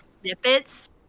snippets